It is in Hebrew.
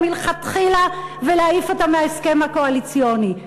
מלכתחילה ולהעיף אותה מההסכם הקואליציוני.